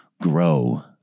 grow